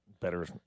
Better